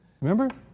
Remember